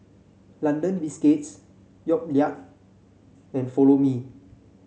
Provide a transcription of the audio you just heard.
London Biscuits Yoplait and Follow Me